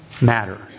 matter